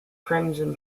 crimson